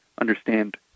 understand